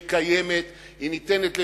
היא קיימת, והיא ניתנת לבדיקה.